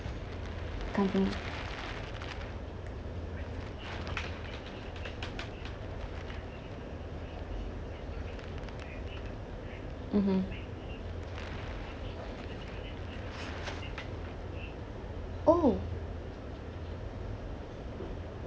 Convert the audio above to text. company mmhmm !ow!